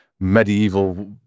medieval